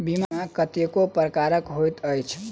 बीमा कतेको प्रकारक होइत अछि